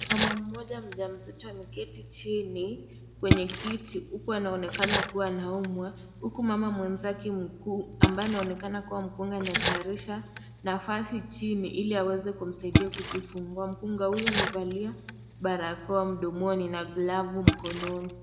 Mama mmoja mjamzito ameketi chini kwenye kiti, huku anaonekana anaumwa, huku mama mwenzake mkuu ambaye aonekana kuwa mukunga anatayarisha nafasi chini iliaweze kumsaidia kujifungua, mkunga huyu amevalia barakoa mdomoni na glavu mkononi.